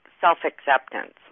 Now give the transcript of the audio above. self-acceptance